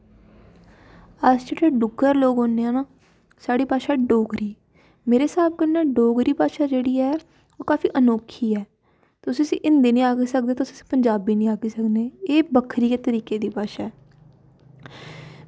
अस जेह्ड़े डुग्गर लोग होन्ने आं ना साढ़ी भाशा डोगरी मेरे स्हाब कन्नै डोगरी भाशा जेह्ड़ी ऐ ओह् काफी अनोखी ऐ तुस इस्सी हिंदी निं आक्खी सकदे तुस इस्सी पंजाबी निं आक्खी सकने एह् बक्खरी गै तरीकै दी भाशा ऐ